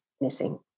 missing